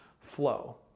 flow